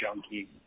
junkie